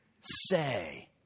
say